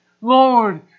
Lord